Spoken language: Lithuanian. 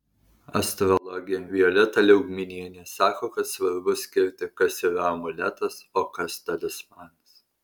astrologė violeta liaugminienė sako kad svarbu skirti kas yra amuletas o kas talismanas